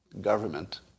government